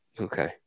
Okay